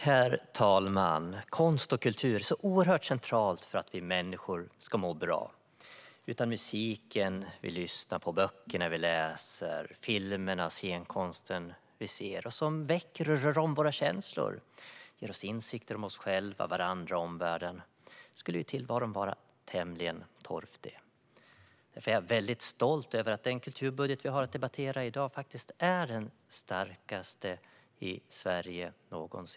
Herr talman! Konst och kultur är så oerhört centralt för att vi människor ska må bra. Utan musiken vi lyssnar på, böckerna vi läser, filmerna och scenkonsten vi ser, som väcker och rör om våra känslor, ger oss insikter om oss själva, varandra och omvärlden, skulle tillvaron vara tämligen torftig. Jag är mycket stolt över att den kulturbudget vi har att debattera i dag faktiskt är den starkaste i Sverige någonsin.